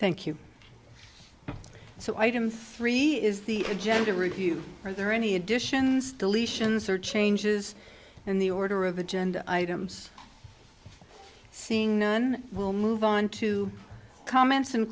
thank you so item three is the agenda review are there any additions deletions or changes in the order of agenda items seeing none will move on to comments and